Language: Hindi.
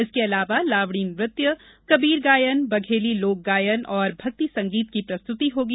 इसके अलावा लावणी नृत्य कबीर गायन बघेली लोक गायन और भक्ति संगीत की प्रस्तुति होगी